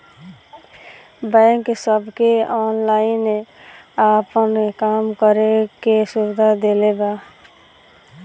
bank सबके online आपन काम करे के सुविधा देले बा